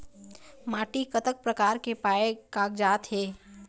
माटी कतक प्रकार के पाये कागजात हे?